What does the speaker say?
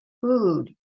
Food